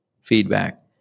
feedback